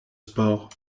sport